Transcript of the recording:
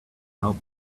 help